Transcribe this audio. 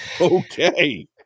Okay